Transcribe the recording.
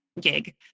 gig